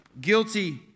Guilty